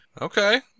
Okay